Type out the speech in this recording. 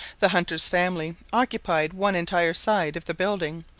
the hunter's family occupied one entire side of the building,